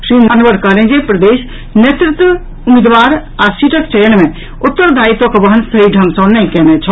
श्री अनवर कहलनि जे प्रदेश नेतृत्व उम्मीदवार आ सीटक चयन मे उत्तरदायित्वक वहन सही ढंग सँ नहि कयने छल